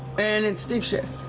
and it's stick shift.